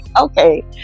okay